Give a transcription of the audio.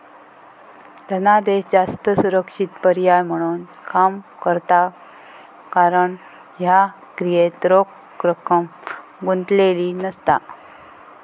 धनादेश जास्त सुरक्षित पर्याय म्हणून काम करता कारण ह्या क्रियेत रोख रक्कम गुंतलेली नसता